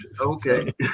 Okay